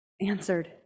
answered